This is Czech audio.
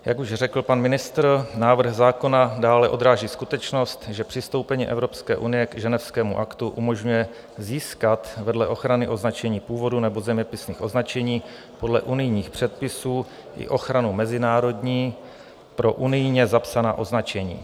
Jak už řekl pan ministr, návrh zákona dále odráží skutečnost, že přistoupení Evropské unie k Ženevskému aktu umožňuje získat vedle ochrany označení původu nebo zeměpisných označení podle unijních předpisů i ochranu mezinárodní pro unijně zapsaná označení.